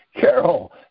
Carol